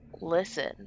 listen